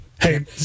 Hey